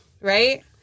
right